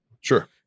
Sure